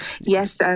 Yes